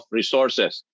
resources